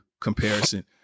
comparison